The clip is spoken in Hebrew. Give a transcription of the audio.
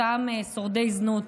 אותם שורדי זנות.